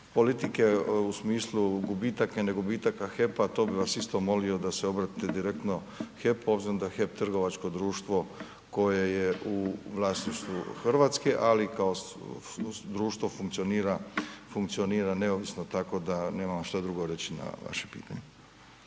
politike u smislu gubitaka i ne gubitaka HEP-a, to bi vas isto molio da se obratite direktno HEP-u obzirom da je HEP trgovačko društvo koje je u vlasništvu Hrvatske, ali kao društvo funkcionira neovisno, tako da nemam vam što drugo reći na vaše pitanje.